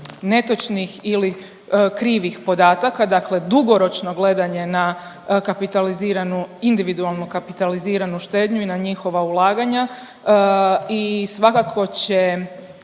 netočnih ili krivih podataka, dakle dugoročno gledanje na kapitaliziranu, individualnu kapitaliziranu štednju i na njihova ulaganja